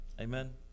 Amen